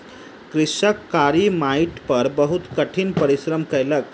कृषक कारी माइट पर बहुत कठिन परिश्रम कयलक